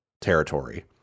territory